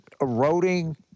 eroding